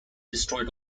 destroyed